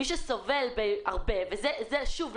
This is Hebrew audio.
מי שסובל הרבה ושוב,